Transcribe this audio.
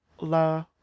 La